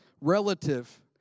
relative